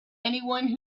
anyone